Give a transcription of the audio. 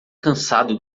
cansado